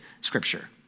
Scripture